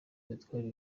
victoire